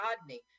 Rodney